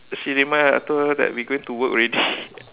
she remind ah I told her that we going to work already